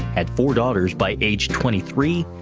had four daughters by age twenty three,